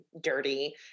dirty